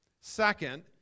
Second